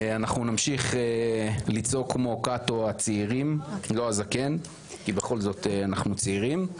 אנחנו נמשיך לצעוק כמו קאטו הצעירים לא הזקן כי בכל זאת אנחנו צעירים,